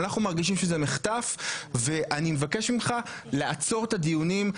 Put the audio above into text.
אנחנו מרגישים שזה מחטף ואני מבקש ממך לעצור את הדיונים,